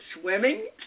swimming